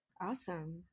Awesome